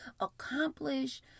accomplish